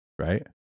Right